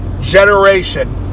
Generation